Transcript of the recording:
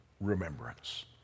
remembrance